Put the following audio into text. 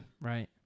Right